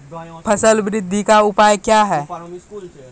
फसल बृद्धि का उपाय क्या हैं?